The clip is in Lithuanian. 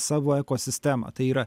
savo ekosistemą tai yra